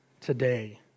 today